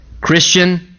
Christian